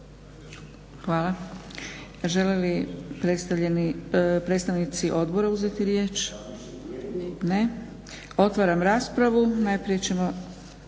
Hvala. Žele li predstavnici odbora uzeti riječ? Ne. Otvaram raspravu. Najprije ćemo